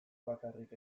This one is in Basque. bakarrik